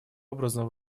образом